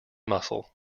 muscle